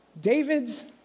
David's